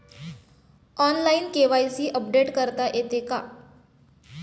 Online KYC update करता येते का?